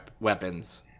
weapons